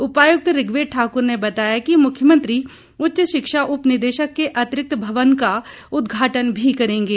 उपायुक्त ऋग्वेद ठाकुर ने बताया कि मुख्यमंत्री उच्च शिक्षा उप निदेशक के अतिरिक्त भवन का उदघाटन भी करेंगे